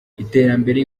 iterambere